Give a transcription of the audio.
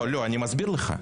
אני מסביר לך.